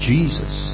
Jesus